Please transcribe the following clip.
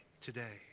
today